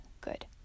good